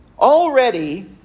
already